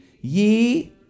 ye